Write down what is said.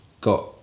got